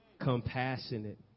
compassionate